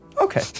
Okay